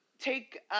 take